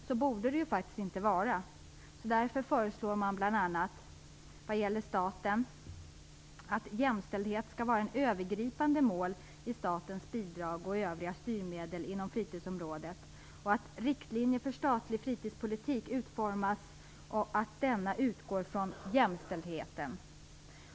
Så borde det faktiskt inte vara. Därför föreslår man bl.a. vad gäller statlig verksamhet - att jämställdhet skall vara ett övergripande mål i statens bidrag och övríga styrmedel inom fritidsområdet och - att riktlinjer för statlig fritidspolitik utformas och att denna utgår från jämställdhet.